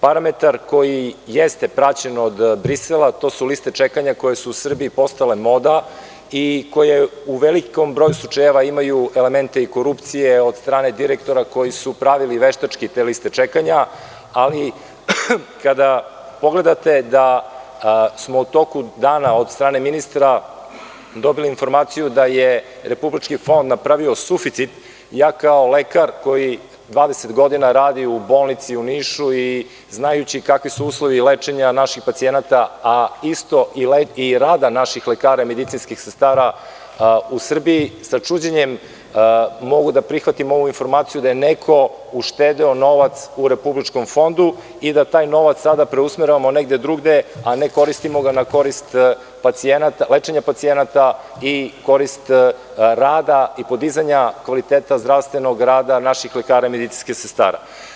Parametar koji jeste praćen od Brisela, to su liste čekanja koje su u Srbiji postale moda i koje u velikom broju slučajeva imaju elemente korupcije od strane direktora koji su pravili veštački te liste čekanja, ali kada pogledate da smo u toku dana od strane ministra dobili informaciju da je Republički fond napravio suficit, ja kao lekar koji 20 godina radim u bolnici u Nišu, znajući kakvi su uslovi lečenja naših pacijenata, a isto i rada naših lekara i medicinskih sestara u Srbiji, sa čuđenjem mogu da prihvatim ovu informaciju da je neko uštedeo novac u Republičkom fondu i da taj novac sada preusmeravamo negde drugde, a ne koristimo ga u korist lečenja pacijenata i u korist rada i podizanja kvaliteta zdravstvenog rada naših lekara i medicinskih sestara.